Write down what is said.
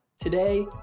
today